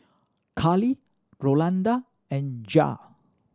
Carlee Rolanda and Jared